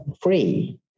free